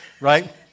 right